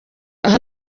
aha